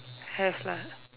have lah